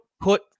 put